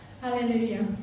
Hallelujah